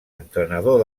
entrenador